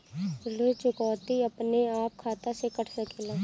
ऋण चुकौती अपने आप खाता से कट सकेला?